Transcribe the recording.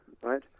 right